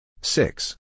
Six